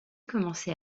commençait